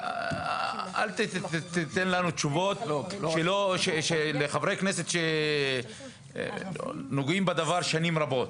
אל תיתן לנו תשובות לחברי כנסת שנוגעים בדבר שנים רבות.